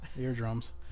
eardrums